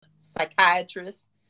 psychiatrist